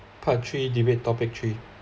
part three debate topic three